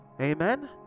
amen